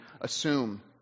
assume